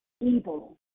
evil